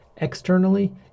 Externally